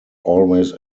always